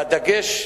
והדגש,